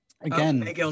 Again